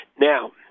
Now